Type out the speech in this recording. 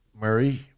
murray